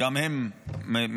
גם הן מדהימות.